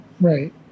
right